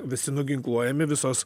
visi nuginkluojami visos